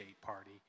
party